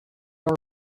are